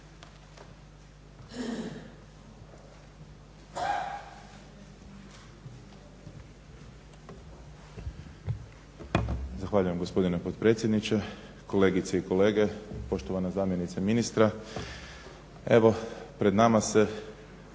Zahvaljujem gospodine potpredsjedniče, kolegice i kolege, poštovana zamjenice ministra. Evo pred nama se